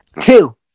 Two